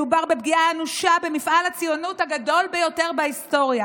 מדובר בפגיעה אנושה במפעל הציונות הגדול ביותר בהיסטוריה